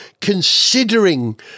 considering